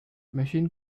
machine